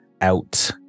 out